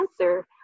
answer